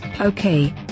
Okay